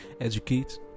educate